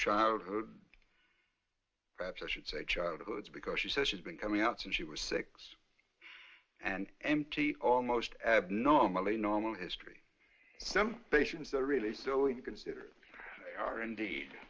childhood perhaps i should say childhoods because she says she's been coming out since she was six and empty almost abnormally normal history some patients are really so if you consider they are indeed